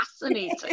fascinating